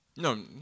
No